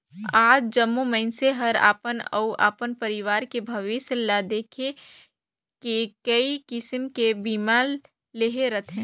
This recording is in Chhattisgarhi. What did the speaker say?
आज जम्मो मइनसे हर अपन अउ अपन परवार के भविस्य ल देख के कइ किसम के बीमा लेहे रथें